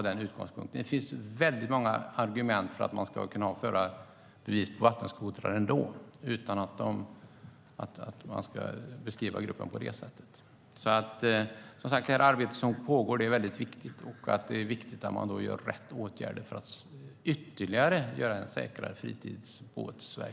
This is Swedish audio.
Det finns många argument för att ha förarbevis för vattenskotrar utan att beskriva gruppen på det sättet. Det arbete som pågår är viktigt, och det är viktigt att vidta rätt åtgärder för att ytterligare säkra verksamheten med fritidsbåtar.